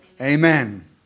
Amen